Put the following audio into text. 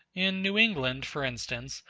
in new england, for instance,